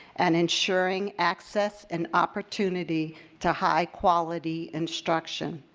and ensuring access and opportunity to high-quality instruction.